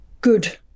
good